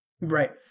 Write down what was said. Right